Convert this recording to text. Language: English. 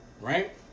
right